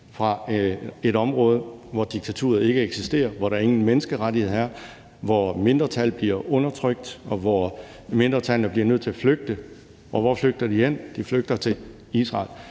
fra et område, hvor der er diktatur, hvor der ingen menneskerettigheder er, hvor mindretal bliver undertrykt, og hvor mindretallene bliver nødt til at flygte. Og hvor flygter de hen? De flygter til Israel.